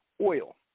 oil